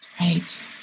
right